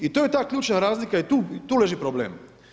I to je ta ključna razlika i tu leži problem.